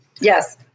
Yes